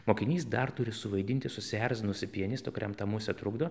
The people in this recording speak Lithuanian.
mokinys dar turi suvaidinti susierzinusį pianistą kuriam ta musė trukdo